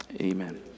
Amen